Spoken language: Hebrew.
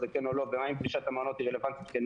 כן או לא ומה עם פגישת המעונות היא רלבנטית כן,